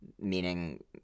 meaning